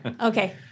Okay